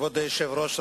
כבוד היושב-ראש,